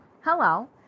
hello